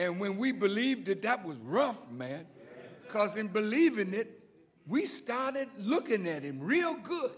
and when we believed it that was rough man because in believe in it we started looking at him real good